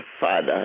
Father